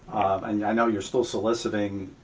and i know you're still soliciting